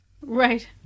right